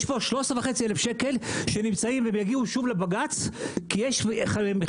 יש כבר 13,500 שנמצאים והם יגיעו שוב לבג"ץ כי יש חילוקי